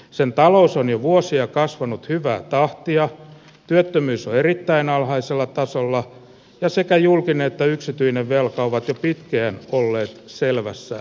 sen talous on jo vuosia kasvanut hyvää tahtia työttömyys on erittäin alhaisella tasolla ja sekä julkinen ja yksityinen velat ovat jo pitkään olleet selvässä